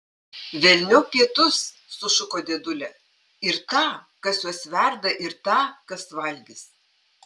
velniop pietus sušuko dėdulė ir tą kas juos verda ir tą kas valgys